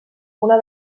una